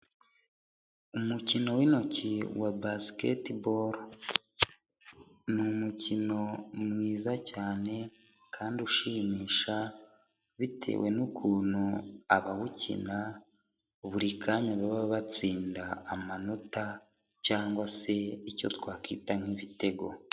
Umukino w'intoki wa Basikete boru, ni umukino mwiza cyane kandi ushimisha bitewe n'ukuntu abawukina buri kanya baba batsinda amanota cyangwa se icyo twakwita nk'ibitego.